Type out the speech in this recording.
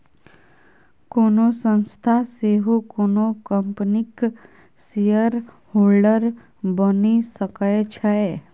कोनो संस्था सेहो कोनो कंपनीक शेयरहोल्डर बनि सकै छै